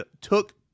took